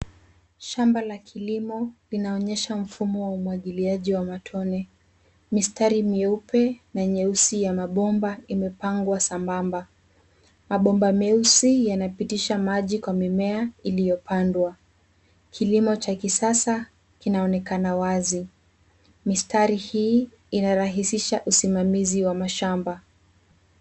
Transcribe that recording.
Shamba la kilimo linaonyesha mfumo wa umwagiliaji wa matone. Mistari myeupe na nyeusi ya mabomba imepangwa sambamba. Mabomba meusi yanapitisha maji kwa mimea iliyopandwa. Kilimo cha kisasa kinaonekana wazi. Mistari hii inarahisisha usimamizi wa mashamba.